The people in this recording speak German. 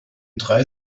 drei